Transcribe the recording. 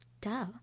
Duh